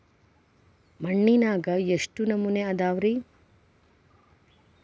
ಮಣ್ಣಿನಾಗ ಎಷ್ಟು ನಮೂನೆ ಅದಾವ ರಿ?